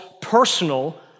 personal